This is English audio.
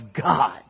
God